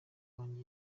wanjye